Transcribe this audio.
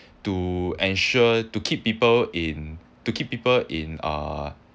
to ensure to keep people in to keep people in uh